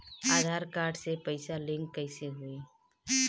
आधार card से खाता link कईसे होई?